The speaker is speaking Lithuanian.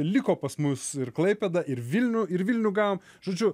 liko pas mus ir klaipėda ir vilnių ir vilnių gavom žodžiu